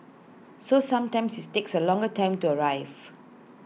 so sometimes IT takes A longer time to arrive